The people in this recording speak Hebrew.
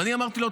ואני אמרתי לו: